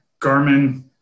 Garmin